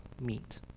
meet